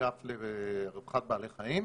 האגף לרווחת בעלי חיים,